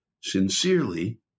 Sincerely